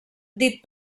dit